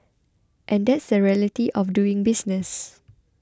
and that's the reality of doing business